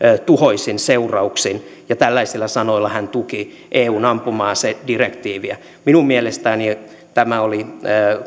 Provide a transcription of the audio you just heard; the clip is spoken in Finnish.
tuhoisin seurauksin ja tällaisilla sanoilla hän tuki eun ampuma asedirektiiviä minun mielestäni tämä oli